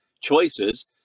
choices